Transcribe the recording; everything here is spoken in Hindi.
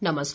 नमस्कार